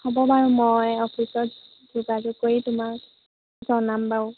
হ'ব বাৰু মই অফিচত যোগাযোগ কৰি তোমাক জনাম বাৰু